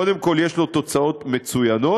קודם כול, יש לו תוצאות מצוינות,